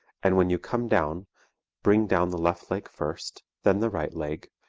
and when you come down bring down the left leg first, then the right leg,